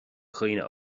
dhaoine